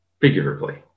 figuratively